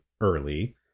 early